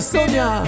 Sonia